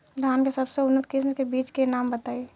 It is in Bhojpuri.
धान के सबसे उन्नत किस्म के बिज के नाम बताई?